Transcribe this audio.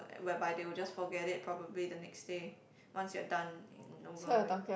like whereby they will just forget it probably the next day once you're done and over with